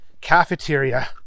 cafeteria